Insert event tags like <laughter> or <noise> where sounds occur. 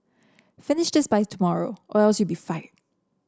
finish this by tomorrow or <unintelligible> you'll to be fired